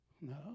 No